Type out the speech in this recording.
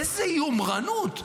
איזו יומרנות.